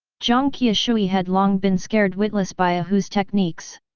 jiang qiushui had long been scared witless by a hu's techniques.